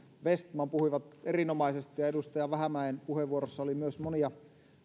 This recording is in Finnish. vestman puhuivat erinomaisesti ja myös edustaja vähämäen puheenvuorossa oli monia